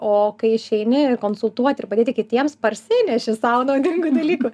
o kai išeini ir konsultuoti ir padėti kitiems parsineši sau naudingų dalykų